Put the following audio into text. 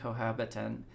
cohabitant